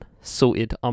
Sorted